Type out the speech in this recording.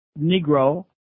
Negro